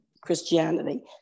Christianity